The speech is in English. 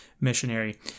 missionary